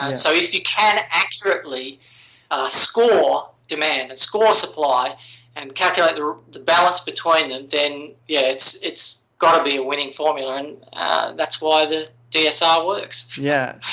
and so, if you can accurately score demand and score supply and calculate the balance between them, then yeah it's it's got to be a winning formula and that's why the dsr works. ryan yeah.